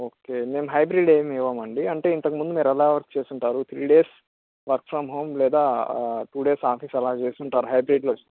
okay మేము hybrid ఏం ఇవ్వమండి అంటే ఇంతకుముందు మీరు అలా వర్క్ చేసుంటారు three days work from home లేదా టూ డేస్ ఆఫీస్ అలా చేసుంటారు హైబ్రిడ్ లెస్